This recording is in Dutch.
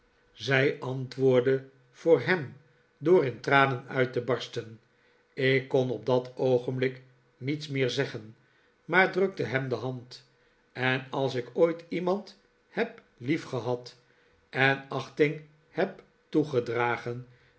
zij antwoordde voor hem door in tranen uit te barsten ik kon op dat oogenblik niets meer zeggen maar drukte hem de hand en als ik ooit iemand heb liefgehad en achting heb toegedragen